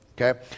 okay